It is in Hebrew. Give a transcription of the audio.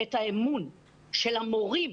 את האמון של המורים,